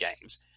games